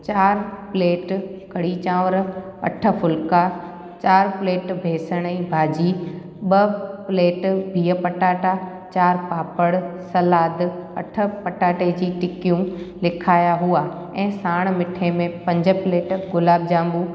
चारि प्लेट कड़ी चांवर अठ फुलका चारि प्लेट बेसण जी भाॼी ॿ प्लेट बीह पटाटा चारि पापड़ सलाद अठ पटाटे जी टिकियूं लिखाया हुआ ऐं साण मिठे में पंज प्लेट गुलाब ॼमूं